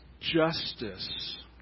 justice